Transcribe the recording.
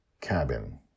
cabin